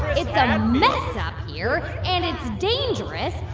it's so a mess up here, and it's dangerous.